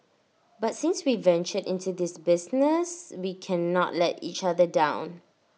but since we ventured into this business we cannot let each other down